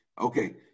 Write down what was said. Okay